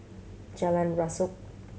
Jalan Rasok